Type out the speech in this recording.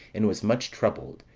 and was much troubled,